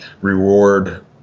reward